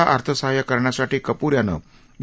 ला अर्थसहाय्य करण्यासाठी कपूर यानं डी